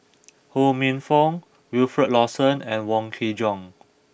Ho Minfong Wilfed Lawson and Wong Kin Jong